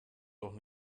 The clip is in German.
doch